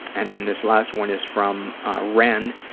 and then this last one is from ah wren,